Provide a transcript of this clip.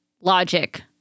logic